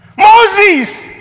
Moses